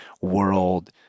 world